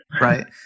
Right